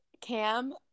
Cam